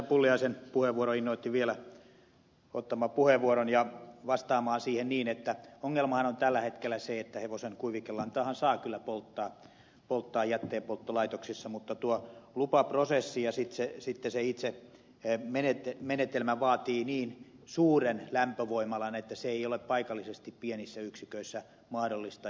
pulliaisen puheenvuoro innoitti vielä ottamaan puheenvuoron ja vastaamaan siihen niin että ongelmahan on tällä hetkellä se että hevosen kuivikelantaahan saa kyllä polttaa jätteenpolttolaitoksissa mutta tuo lupaprosessi ja sitten se itse menetelmä vaatii niin suuren lämpövoimalan että se ei ole paikallisesti pienissä yksiköissä mahdollista